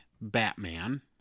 Batman